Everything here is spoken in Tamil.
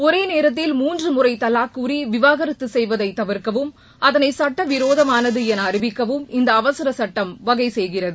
ஒரே நேரத்தில் மூன்று முறை தலாக் கூறி விவாகரத்து செய்வதை தவிர்க்கவும் அதளை சுட்டவிரோதமானது என அறிவிக்கவும் இந்த அவசரச் சுட்டம் வகை செய்கிறது